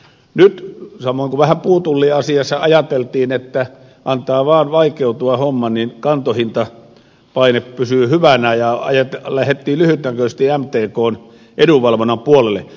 nyt samoin kuin vähän puutulliasiassa ajateltiin että antaa vaan homman vaikeutua niin kantohintapaine pysyy hyvänä ja lähdettiin lyhytnäköisesti mtkn edunvalvonnan puolelle